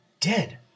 dead